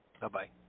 Bye-bye